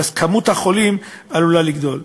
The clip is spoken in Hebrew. ואז כמות החולים עלולה לגדול.